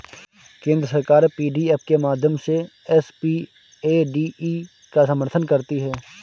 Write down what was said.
केंद्र सरकार पी.डी.एफ के माध्यम से एस.पी.ए.डी.ई का समर्थन करती है